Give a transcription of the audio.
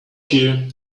here